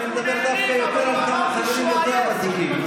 אני מדבר דווקא יותר על כמה חברים יותר ותיקים.